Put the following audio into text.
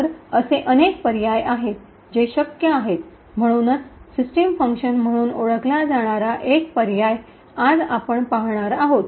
तर असे अनेक पर्याय आहेत जे शक्य आहेत म्हणूनच सिस्टम फंक्शन म्हणून ओळखला जाणारा एक पर्याय आज आपण पाहणार आहोत